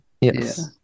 Yes